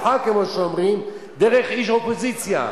מסוימים, במקומות שבדרך כלל אסורים לחנייה.